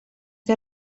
que